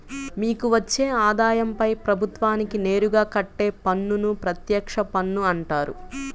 మీకు వచ్చే ఆదాయంపై ప్రభుత్వానికి నేరుగా కట్టే పన్నును ప్రత్యక్ష పన్ను అంటారు